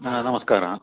नमस्कारः